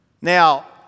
Now